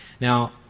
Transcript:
Now